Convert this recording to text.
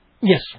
Yes